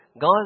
God